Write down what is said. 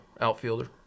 outfielder